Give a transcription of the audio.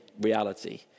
reality